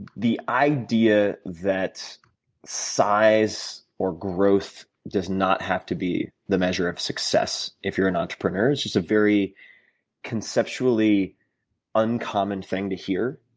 idea that size or growth does not have to be the measure of success if you're an entrepreneur. it's just a very conceptually uncommon thing to hear.